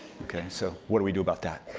okay, so what do we do about that?